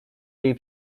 jej